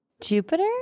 Jupiter